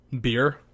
beer